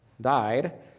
died